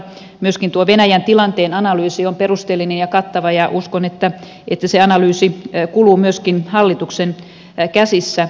myöskin tuo venäjän tilanteen analyysi on perusteellinen ja kattava ja uskon että se analyysi kuluu myöskin hallituksen käsissä